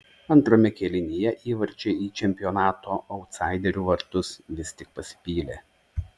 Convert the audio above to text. antrame kėlinyje įvarčiai į čempionato autsaiderių vartus vis tik pasipylė